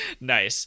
Nice